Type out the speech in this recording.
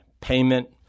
payment